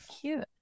Cute